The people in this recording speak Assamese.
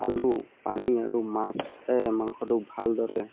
আলু পানী আৰু মাছ মাংসটো ভালদৰে